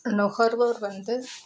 நுகர்வோர் வந்து